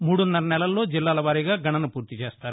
మూడున్నర నెలల్లో జిల్లాల వారీగా గణన పూర్తి చేస్తారు